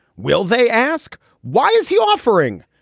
will they ask? why is he offering?